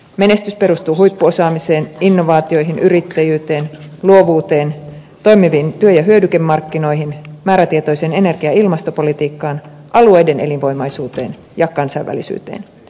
menestys perustuu huippuosaamiseen innovaatioihin yrittäjyyteen luovuuteen toimiviin työ ja hyödykemarkkinoihin määrätietoiseen energia ja ilmastopolitiikkaan alueiden elinvoimaisuuteen ja kansainvälisyyteen